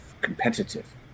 competitive